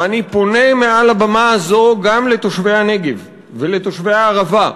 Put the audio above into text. ואני פונה מעל הבמה הזאת גם לתושבי הנגב ולתושבי הערבה,